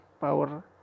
power